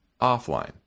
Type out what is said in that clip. offline